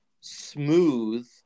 smooth